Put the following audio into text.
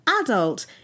adult